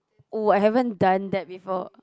oh I haven't done that before